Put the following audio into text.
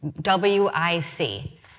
W-I-C